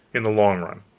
in the long run